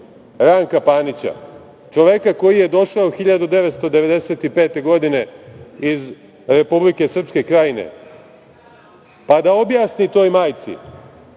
Ranka Panića, čoveka koji je došao 1995. godine iz Republike Srpske Krajine, pa da objasni toj majci